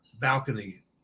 balcony